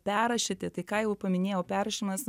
perrašyti tai ką jau paminėjau perrašymas